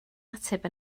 ateb